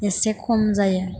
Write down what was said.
एसे खम जायो